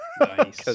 Nice